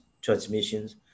transmissions